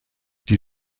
die